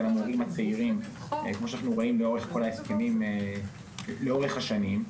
המורים הצעירים כמו שאנחנו רואים לאורך כל ההסכמים לאורך השנים.